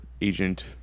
Agent